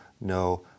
no